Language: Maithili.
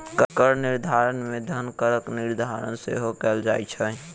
कर निर्धारण मे धन करक निर्धारण सेहो कयल जाइत छै